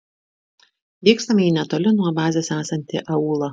vykstame į netoli nuo bazės esantį aūlą